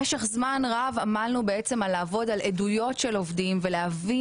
במשך זמן רב עמלנו על עדויות של עובדים ולהבין